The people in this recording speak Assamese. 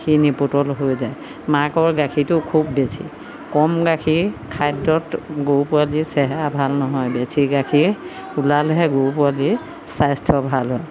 সি নিপোটল হৈ যায় মাকৰ গাখীৰটো খুব বেছি কম গাখীৰ খাদ্যত গৰু পোৱালি চেহেৰা ভাল নহয় বেছি গাখীৰ ওলালেহে গৰু পোৱালিৰ স্বাস্থ্য ভাল হয়